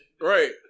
Right